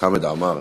חמד עמאר